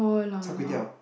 Char-Kway-Teow